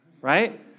right